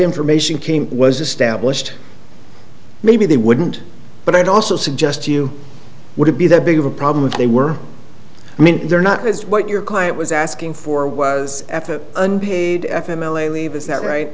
information came was established maybe they wouldn't but i'd also suggest you would it be that big of a problem if they were i mean they're not because what your client was asking for was unpaid m l a leave is that right